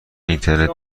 اینترنت